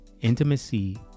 Intimacy